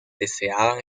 deseaban